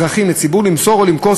גם.